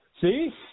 See